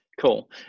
Cool